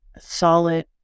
solid